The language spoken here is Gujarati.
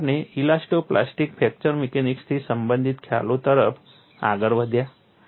પછી આપણે ઇલાસ્ટો પ્લાસ્ટિક ફ્રેક્ચર મિકેનિક્સથી સંબંધિત ખ્યાલો તરફ આગળ વધ્યા